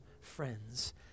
friends